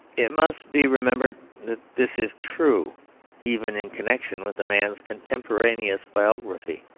it must be remembered that this is true even in connection with the man's contemporaneous biography.